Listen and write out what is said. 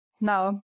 now